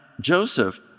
Joseph